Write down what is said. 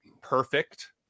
perfect